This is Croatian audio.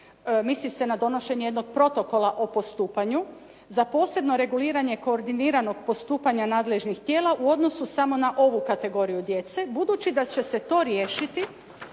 misli se na donošenje jednog protokola o postupanju, "za posebno reguliranje koordiniranog postupanja nadležnih tijela u odnosu samo na ovu kategoriju djece, budući da će se to riješiti